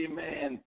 amen